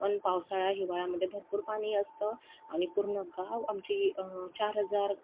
पण पावसाळा हिवाळ्यामध्ये भरपूर पाणी असतं आणि पूर्ण गाव आमची चार हजार